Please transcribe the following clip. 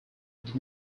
did